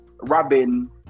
Robin